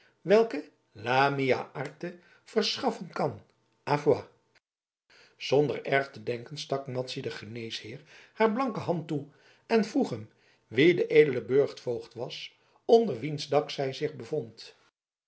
welke la mia arte verschaffen kan a voi zonder erg te denken stak madzy den geneesheer haar blanke hand toe en vroeg hem wie de edele burchtvoogd was onder wiens dak zij zich bevond